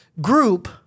group